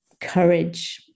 courage